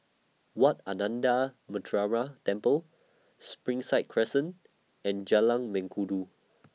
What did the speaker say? Wat Ananda Temple Springside Crescent and Jalan Mengkudu